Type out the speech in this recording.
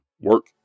Work